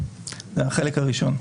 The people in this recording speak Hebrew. החלק הראשון,